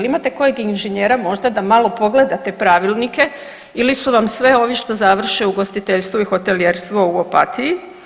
Jel' imate kojeg inženjera možda da malo pogleda te pravilnike ili su vam sve ovi što završe ugostiteljstvo i hotelijerstvo u Opatiji?